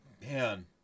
man